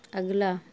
اگلا